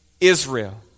Israel